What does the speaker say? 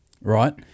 Right